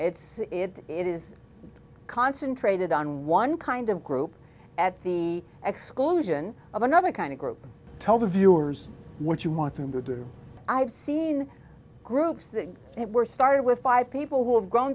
it's it it is concentrated on one kind of group at the exclusion of another kind of group tell the viewers what you want them to do i've seen groups that it were started with five people who have grown